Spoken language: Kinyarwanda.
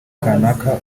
kanaka